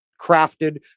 crafted